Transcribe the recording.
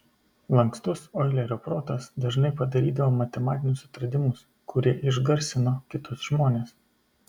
lankstus oilerio protas dažnai padarydavo matematinius atradimus kurie išgarsino kitus žmones